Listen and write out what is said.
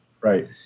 Right